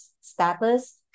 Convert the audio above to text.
status